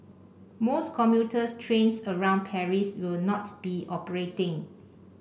most commuter trains around Paris will not be operating